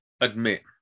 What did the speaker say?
admit